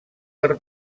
per